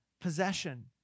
possession